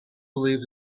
believed